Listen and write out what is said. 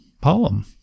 poem